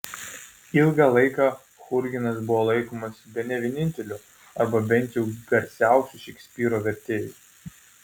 ilgą laiką churginas buvo laikomas bene vieninteliu arba bent jau garsiausiu šekspyro vertėju